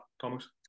Thomas